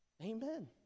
Amen